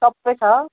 सबै छ